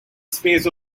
space